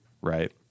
right